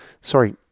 sorry